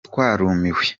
twarumiwe